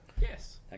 Yes